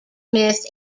myth